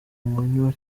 manywa